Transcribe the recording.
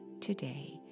today